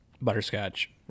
Butterscotch